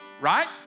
right